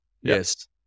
Yes